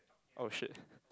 !oh-shit!